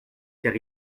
car